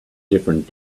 different